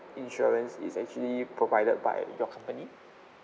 insurance is actually provided by your company